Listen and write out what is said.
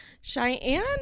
Cheyenne